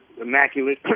immaculate